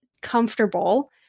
comfortable